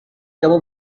kamu